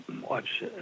watch